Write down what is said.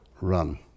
Run